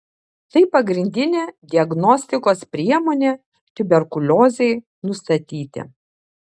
tai pagrindinė diagnostikos priemonė tuberkuliozei nustatyti